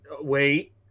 wait